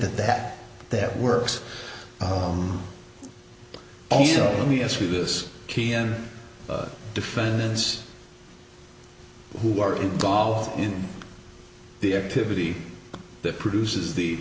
that that that works let me ask you this key n defendants who are involved in the activity that produces the